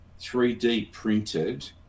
3D-printed